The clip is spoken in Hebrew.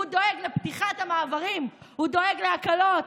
הוא דואג לפתיחת המעברים, הוא דואג להקלות.